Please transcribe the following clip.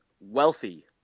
wealthy